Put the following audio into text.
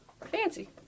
fancy